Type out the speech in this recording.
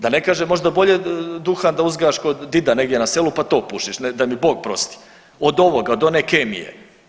Da ne kažem možda bolje duhan da uzgajaš kod dida negdje na selu pa to pušiš da mi Bog prosti od ovoga, od one kemije.